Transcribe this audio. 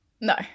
No